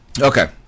Okay